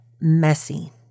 messy